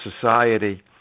society